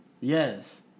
Yes